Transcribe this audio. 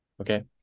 okay